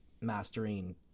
mastering